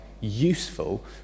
useful